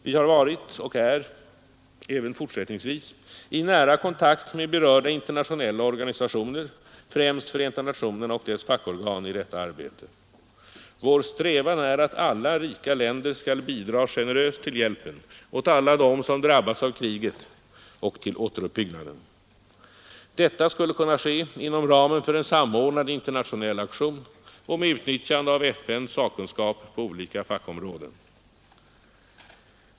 Vi har varit och är även fortsättningsvis i nära kontakt med berörda internationella organisationer, främst FN och dess fackorgan i detta arbete. Vår strävan är att alla rika länder skall bidra generöst till hjälpen åt alla dem som drabbats av kriget och till återuppbyggnaden. Detta skulle kunna ske inom ramen för en samordnad internationell aktion och med utnyttjande av FN:s sakkunskap på olika fackområden.